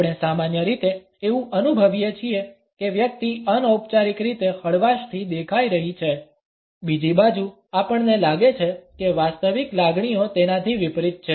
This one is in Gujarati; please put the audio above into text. આપણે સામાન્ય રીતે એવું અનુભવીએ છીએ કે વ્યક્તિ અનૌપચારિક રીતે હળવાશથી દેખાઈ રહી છે બીજી બાજુ આપણને લાગે છે કે વાસ્તવિક લાગણીઓ તેનાથી વિપરીત છે